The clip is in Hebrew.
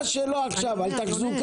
אבל על השאלה שלו עכשיו על תחזוקה,